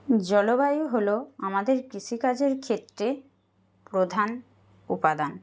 জলবায়ু হল আমাদের কৃষিকাজের ক্ষেত্রে প্রধান উপাদান